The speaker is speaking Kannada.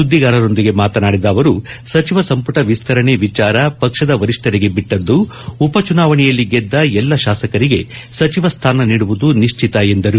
ಸುದ್ದಿಗಾರರೊಂದಿಗೆ ಮಾತನಾಡಿದ ಅವರು ಸಚಿವ ಸಂಪುಟ ವಿಸ್ತರಣೆ ವಿಚಾರ ನಿರ್ಧಾರ ಪಕ್ಷದ ವರಿಷ್ಠರಿಗೆ ಬಿಟ್ಟಿದ್ದು ಉಪಚುನಾವಣೆಉಲ್ಲಿ ಗೆದ್ದ ಎಲ್ಲಾ ಶಾಸಕರಿಗೆ ಸಚಿವ ಸ್ವಾನ ನೀಡುವುದು ನಿಶ್ಚಿತ ಎಂದರು